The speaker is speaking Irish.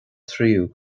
tríú